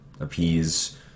appease